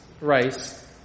rice